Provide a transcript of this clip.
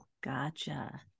Gotcha